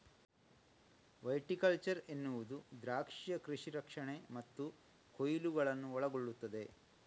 viticulture ಎನ್ನುವುದು ದ್ರಾಕ್ಷಿಯ ಕೃಷಿ ರಕ್ಷಣೆ ಮತ್ತು ಕೊಯ್ಲುಗಳನ್ನು ಒಳಗೊಳ್ಳುತ್ತದೆ